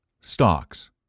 stocks